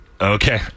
Okay